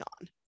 on